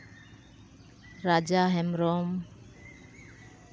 Raja Hembrom